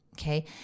Okay